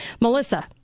Melissa